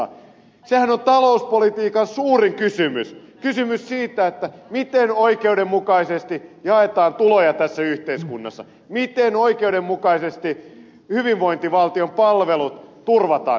sehän on talouspolitiikan suurin kysymys kysymys siitä miten oikeudenmukaisesti jaetaan tuloja tässä yhteiskunnassa miten oikeudenmukaisesti hyvinvointivaltion palvelut turvataan